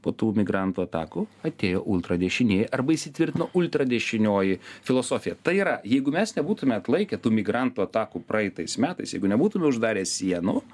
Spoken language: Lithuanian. po tų migrantų atakų atėjo ultradešinieji arba įsitvirtino ultradešinioji filosofija tai yra jeigu mes nebūtume atlaikę tų migrantų atakų praeitais metais jeigu nebūtume uždarę sienų